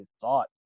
thought